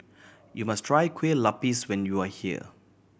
you must try Kueh Lupis when you are here